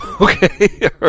Okay